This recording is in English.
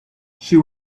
she